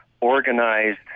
organized